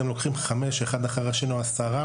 אלא חמישה או עשרה,